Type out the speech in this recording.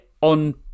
on